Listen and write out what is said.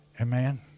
Amen